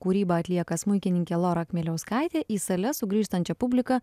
kūrybą atlieka smuikininkė lora kmieliauskaitė į sales sugrįžtančią publiką